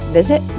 visit